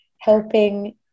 helping